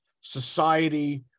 society